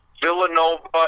Villanova